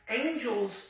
angels